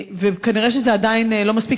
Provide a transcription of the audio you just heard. נראה שזה עדיין לא מספיק,